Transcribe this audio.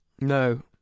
No